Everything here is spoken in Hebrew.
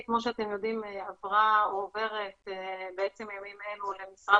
אני יודע שהמשטרה עשתה גם הדרכות וכו'.